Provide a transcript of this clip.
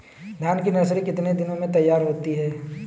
धान की नर्सरी कितने दिनों में तैयार होती है?